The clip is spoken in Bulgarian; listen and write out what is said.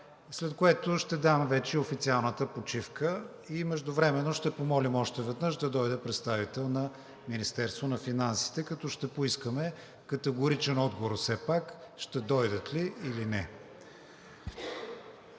след което ще дам вече официалната почивка и междувременно ще помолим още веднъж да дойде представител на Министерството на финансите, като ще поискаме категоричен отговор все пак – ще дойдат ли или не?